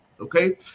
Okay